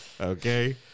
Okay